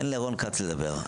תן לרון כץ לדבר.